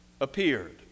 appeared